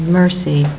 mercy